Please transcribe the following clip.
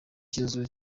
cy’inzu